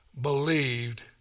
believed